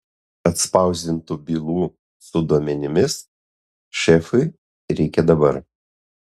atspausdintų bylų su duomenimis šefui reikia dabar